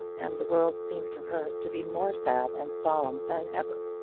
and the world seemed to her to be more sad and solemn than ever.